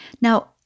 Now